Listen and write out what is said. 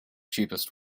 cheapest